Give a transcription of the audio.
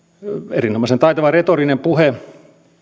erinomaisen taitava retorinen puhe